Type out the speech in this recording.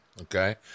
okay